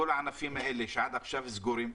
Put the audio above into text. כל הענפים האלה שעד עכשיו סגורים,